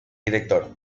director